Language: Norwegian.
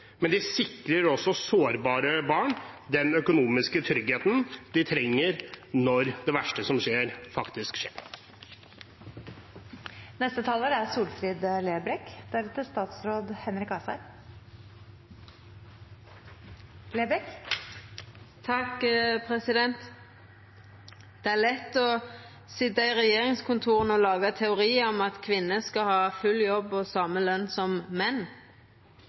men de sikrer også sårbare barn den økonomiske tryggheten de trenger når det verste som kan skje, faktisk skjer. Det er lett å sitja i regjeringskontora og laga ein teori om at kvinner skal ha full jobb og same løn som menn.